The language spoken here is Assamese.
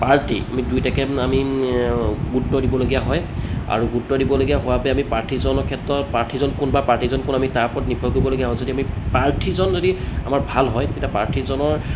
পাৰ্টী আমি দুইটাকে আমি গুৰুত্ব দিবলগীয়া হয় আৰু গুৰুত্ব দিবলগীয়া হোৱা বাবে আমি প্ৰাৰ্থীজনৰ ক্ষেত্ৰত প্ৰাৰ্থীজন কোন বা পাৰ্টীজন কোন আমি তাৰ ওপৰত নিৰ্ভৰ কৰিবলগীয়া হয় যদি আমি প্ৰাৰ্থীজন যদি আমাৰ ভাল হয় তেতিয়া প্ৰাৰ্থীজনৰ